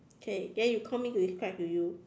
okay then you call me to describe to you